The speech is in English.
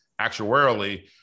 actuarially